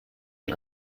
ein